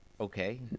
okay